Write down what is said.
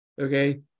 okay